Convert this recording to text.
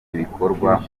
ibikorwa